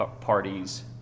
parties